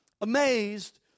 amazed